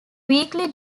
weekly